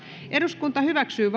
eduskunta hyväksyy